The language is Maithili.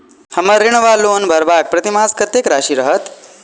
हम्मर ऋण वा लोन भरबाक प्रतिमास कत्तेक राशि रहत?